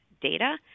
data